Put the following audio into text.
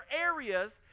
areas